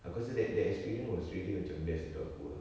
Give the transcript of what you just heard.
aku rasa that that experience was really macam best untuk aku ah